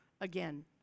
again